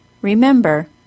Remember